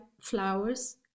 flowers